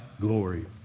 glory